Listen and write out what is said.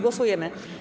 Głosujemy.